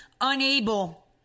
unable